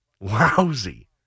lousy